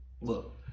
look